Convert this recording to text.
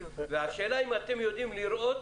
השאלה אם אתם יודעים לראות